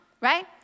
right